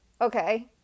okay